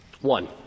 One